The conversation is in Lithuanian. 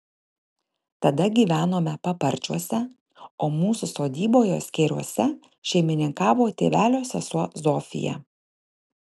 tada gyvenome paparčiuose o mūsų sodyboje skėriuose šeimininkavo tėvelio sesuo zofija